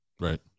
Right